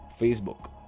Facebook